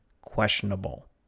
questionable